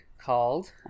called